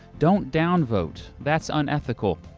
don't downvote. that's unethical.